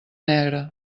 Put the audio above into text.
negre